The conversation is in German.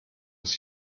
uns